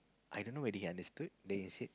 I don't know whether he understood then he said